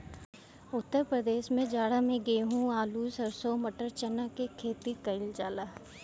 उत्तर प्रदेश में जाड़ा में गेंहू, आलू, सरसों, मटर, चना के खेती कईल जाला